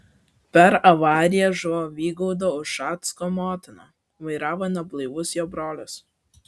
per avariją žuvo vygaudo ušacko motina vairavo neblaivus jo brolis